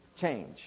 change